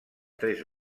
tres